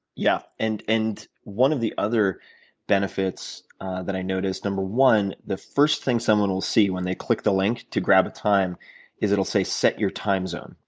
yeah and and one of the other benefits that i noticed is number one the first thing someone will see when they click the link to grab a time is it'll say set your time zone.